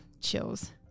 Chills